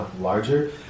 larger